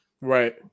Right